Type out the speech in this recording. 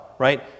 right